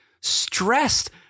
stressed